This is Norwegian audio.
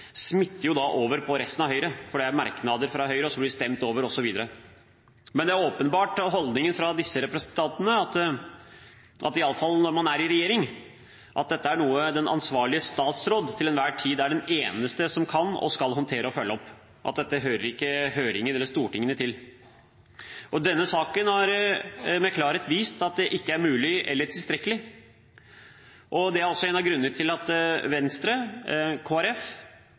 smitter over på resten av Høyre, for det er merknader fra Høyre som blir stemt over, osv. Men det er åpenbart holdningen fra disse representantene, iallfall når man er i regjering, at dette er noe den ansvarlige statsråd til enhver tid er den eneste som kan og skal håndtere og følge opp – at dette hører ikke høringer eller Stortinget til. Denne saken har med klarhet vist at det ikke er mulig eller tilstrekkelig, og det er også en av grunnene til at Venstre,